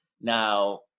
now